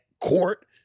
court